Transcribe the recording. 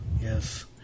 Yes